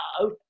no